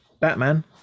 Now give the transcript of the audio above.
Batman